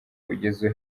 ugeze